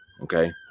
okay